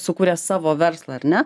sukūrė savo verslą ar ne